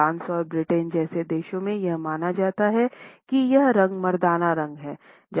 France और Britain जैसे देशों में यह माना जाता है कि यह रंग मर्दाना रंग है